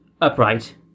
upright